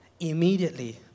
immediately